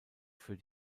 für